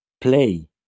play